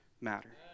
matter